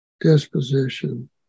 disposition